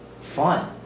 fun